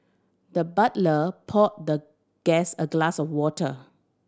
the butler poured the guest a glass of water